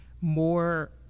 more